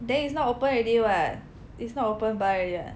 then is not open already [what] is not open bar already